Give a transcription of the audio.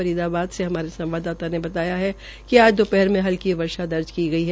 फरीदाबाद से हमारे संवाददाता ने बताया कि आज दोपहर से हल्की वर्षा दर्ज की गई है